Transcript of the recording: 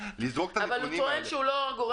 גברתי היושבת-ראש,